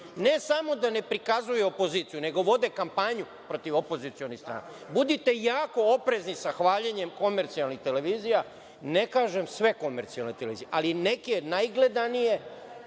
ne samo da ne prikazuju opoziciju, nego vode kampanju protiv opozicionih stranaka. Budite jako oprezni sa hvaljenjem komercijalnih televizija. Ne kažem sve komercijalne televizije, ali neke najgledanije